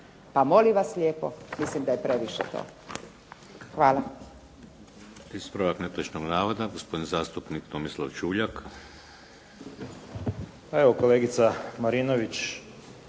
pa molim vas lijepo mislim da je previše to. Hvala.